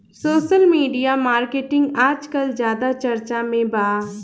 social media marketing आजकल ज्यादा चर्चा में बा